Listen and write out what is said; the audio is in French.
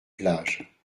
plage